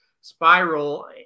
spiral